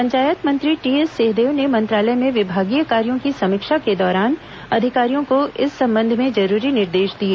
पंचायत मंत्री टीएस सिंहदेव ने मंत्रालय में विभागीय कार्यों की समीक्षा के दौरान अधिकारियों को इस संबंध में जरूरी निर्देश दिए